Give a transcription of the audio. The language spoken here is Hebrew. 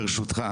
ברשותך,